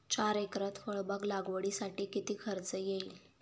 चार एकरात फळबाग लागवडीसाठी किती खर्च येईल?